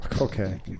Okay